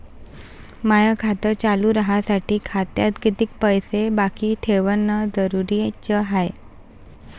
माय खातं चालू राहासाठी खात्यात कितीक पैसे बाकी ठेवणं जरुरीच हाय?